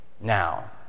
Now